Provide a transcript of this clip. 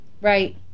Right